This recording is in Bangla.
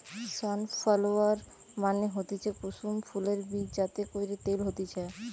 সানফালোয়ার মানে হতিছে কুসুম ফুলের বীজ যাতে কইরে তেল হতিছে